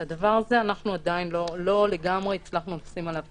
על הדבר הזה לא לגמרי הצלחנו לשים את האצבע.